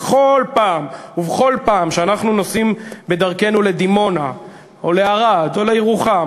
ובכל פעם כשאנחנו נוסעים בדרכנו לדימונה או לערד או לירוחם